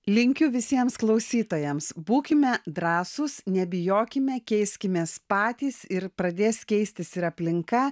linkiu visiems klausytojams būkime drąsūs nebijokime keiskimės patys ir pradės keistis ir aplinka